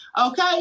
Okay